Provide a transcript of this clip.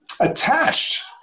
attached